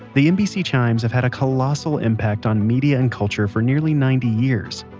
the nbc chimes have had a colossal impact on media and culture for nearly ninety years.